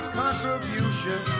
contribution